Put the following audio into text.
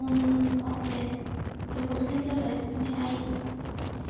ᱩᱱ ᱚᱠᱛᱮ ᱡᱩᱞᱩ ᱥᱮᱸᱜᱮᱞ ᱨᱮ ᱩᱱᱤ ᱟᱭᱤᱡ